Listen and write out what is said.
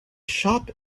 shop